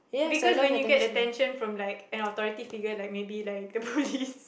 because when you get attention from like an authority figure like maybe like the police